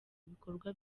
bikorwa